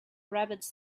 rabbits